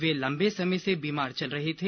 वे लम्बे समय से बीमार चल रहे थे